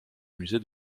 musée